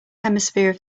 hemisphere